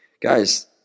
guys